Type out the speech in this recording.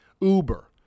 Uber